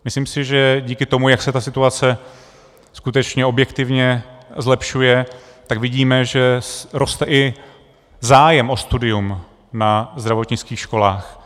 Myslím si, že díky tomu, jak se ta situace skutečně objektivně zlepšuje, tak vidíme, že roste i zájem o studium na zdravotnických školách.